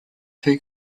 two